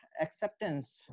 acceptance